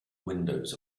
windows